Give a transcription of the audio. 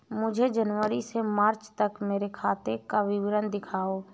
मुझे जनवरी से मार्च तक मेरे खाते का विवरण दिखाओ?